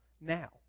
now